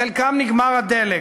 לחלקם נגמר הדלק.